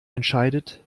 entscheidet